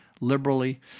liberally